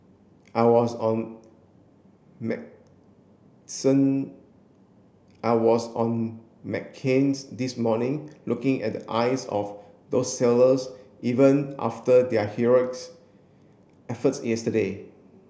I was on I was on McCain's this morning looking at the eyes of those sailors even after their heroics efforts yesterday